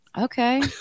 Okay